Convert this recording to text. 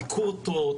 היכו אותו,